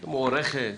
שהיא מוערכת,